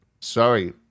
Sorry